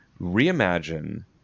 reimagine